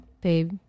Babe